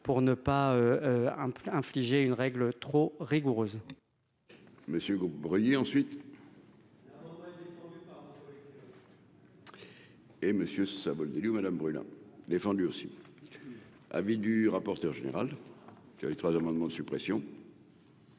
pour ne pas infliger une règle trop rigoureuse.